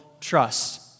trust